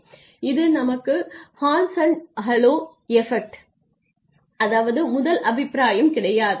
இது நமக்கு horns and halo effect அதாவது முதல் அபிப்பிராயம் கிடையாது